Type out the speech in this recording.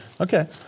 okay